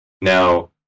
Now